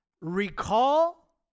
recall